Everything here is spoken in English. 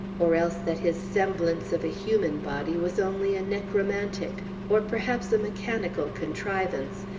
or else that his semblance of a human body was only a necromantic, or perhaps a mechanical contrivance,